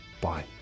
Bye